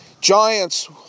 Giants